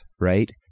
right